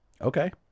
Okay